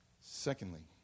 Secondly